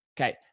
Okay